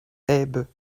haybes